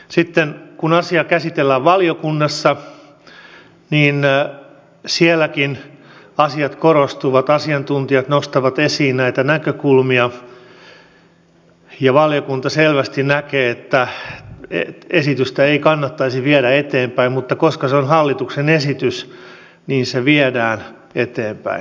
sitten kun asia käsitellään valiokunnassa niin sielläkin asiat korostuvat asiantuntijat nostavat esiin näitä näkökulmia ja valiokunta selvästi näkee että esitystä ei kannattaisi viedä eteenpäin mutta koska se on hallituksen esitys niin sitä viedään eteenpäin